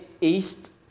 east